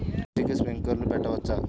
మిర్చికి స్ప్రింక్లర్లు పెట్టవచ్చా?